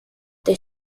they